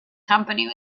company